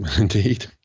indeed